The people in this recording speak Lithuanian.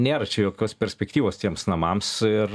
nėra čia jokios perspektyvos tiems namams ir